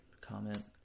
comment